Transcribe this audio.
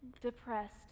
depressed